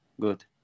good